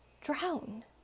drown